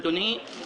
אדוני,